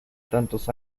tantos